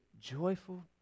joyful